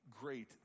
great